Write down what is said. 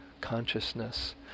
consciousness